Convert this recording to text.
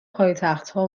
پایتختها